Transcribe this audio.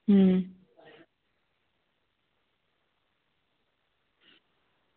अं